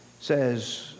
says